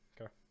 Okay